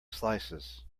slices